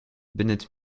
bennett